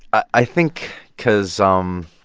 i think because um